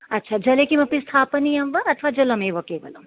अच्छा जले किमपि स्थापनीयं वा अथवा जलमेव केवलम्